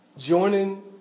joining